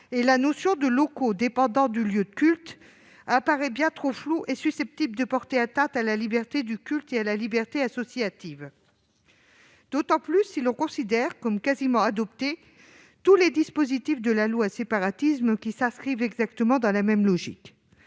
et la notion de « locaux dépendant du lieu de culte » apparaît bien trop imprécise et susceptible de porter atteinte à la liberté du culte et à la liberté associative, d'autant plus si l'on considère que tous les dispositifs du projet de loi Séparatisme qui s'inscrivent exactement dans la même logique